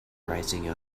rising